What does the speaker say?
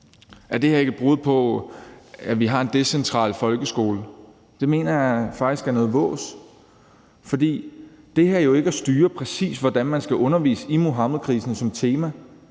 Er det her ikke et brud på, at vi har en decentral folkeskole? Det mener jeg faktisk er noget vås. Det her er jo ikke at styre præcis, hvordan man skal undervise i Muhammedkrisen som tema.